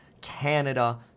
Canada